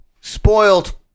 Spoiled